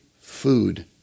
food